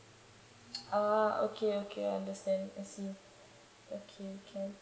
orh okay okay I understand I see okay can